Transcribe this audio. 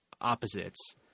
opposites